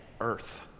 earth